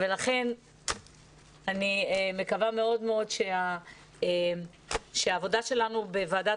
ולכן אני מקווה מאוד שהעבודה שלנו בוועדת